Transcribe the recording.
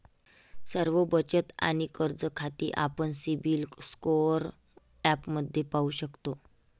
सर्व बचत आणि कर्ज खाती आपण सिबिल स्कोअर ॲपमध्ये पाहू शकतो